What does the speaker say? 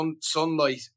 sunlight